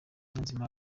niyonzima